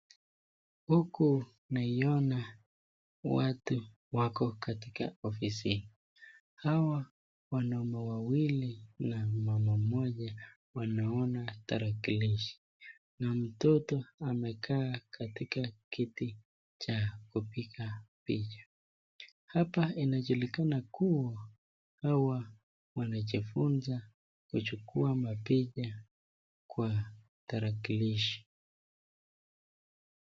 Huku naiona watu wako katika ofisini ,hawa wanaume wawili na mama mmoja wanaona tarakilishi na mtoto amekaa katika kiti cha kupiga picha hapa inajulikana kuwa hawa wanajifunza kuchukua mapicha kwa tarakilishi.